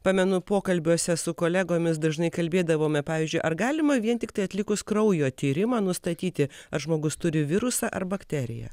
pamenu pokalbiuose su kolegomis dažnai kalbėdavome pavyzdžiui ar galima vien tiktai atlikus kraujo tyrimą nustatyti ar žmogus turi virusą ar bakteriją